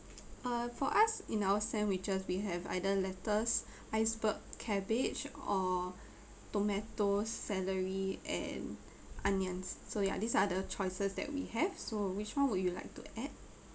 uh for us in our sandwiches we have either lettuce iceberg cabbage or tomato celery and onions so ya these are the choices that we have so which [one] would you like to add